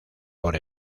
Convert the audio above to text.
por